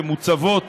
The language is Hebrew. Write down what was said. שמוצבות